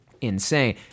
insane